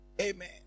Amen